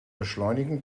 beschleunigen